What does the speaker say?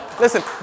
listen